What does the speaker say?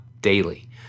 daily